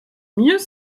mieux